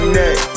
neck